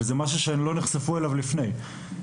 זה משהו שהן לא נחשפו אליו לפני כן.